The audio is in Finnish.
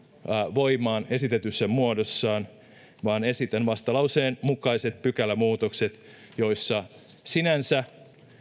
voimaan esitetyssä muodossaan vaan esitän vastalauseen mukaiset pykälämuutokset joissa sinänsä